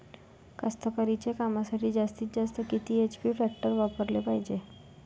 कास्तकारीच्या कामासाठी जास्तीत जास्त किती एच.पी टॅक्टर वापराले पायजे?